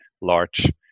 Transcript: large